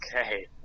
Okay